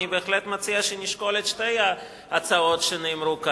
אני בהחלט מציע שנשקול את שתי ההצעות שנאמרו פה.